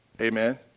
Amen